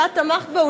שאת תמכת בו,